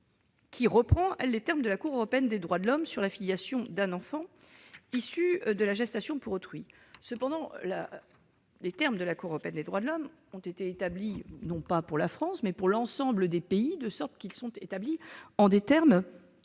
qui reprend elle-même celle de la Cour européenne des droits de l'homme sur la filiation d'un enfant issu d'une gestation pour autrui. Cependant, les termes de la jurisprudence de la Cour européenne des droits de l'homme ont été établis non pas pour la France, mais pour l'ensemble des États, de sorte qu'ils sont relativement vagues